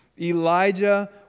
Elijah